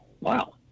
Wow